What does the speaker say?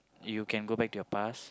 you can go back to your past